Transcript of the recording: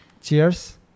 cheers